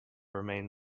remain